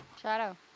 Shadow